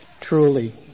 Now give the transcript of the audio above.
Truly